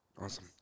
Awesome